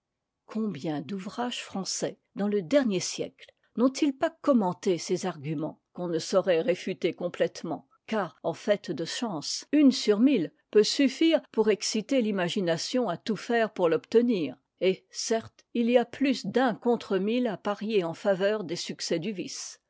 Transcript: combien d'ouvrages français dans le dernier siècle n'ont-ils pas commenté ces arguments qu'on ne saurait réfuter complétement car en fait de chances une sur mille peut suffire pour exciter l'imagination à tout faire pour l'obtenir et certes il y a plus d'un contre mille à parier en faveur des succès du vice